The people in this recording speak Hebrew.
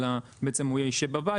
הוא ישב בבית,